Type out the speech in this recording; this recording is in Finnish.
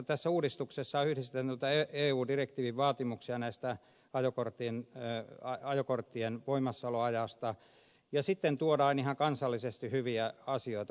tässä uudistuksessa on yhdistelty näitä eu direktiivin vaatimuksia ajokorttien voimassaoloajasta ja sitten tuodaan ihan kansallisesti hyviä asioita